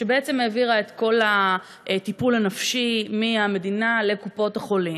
שבעצם העבירה את כל הטיפול הנפשי מהמדינה לקופות החולים,